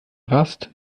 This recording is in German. rast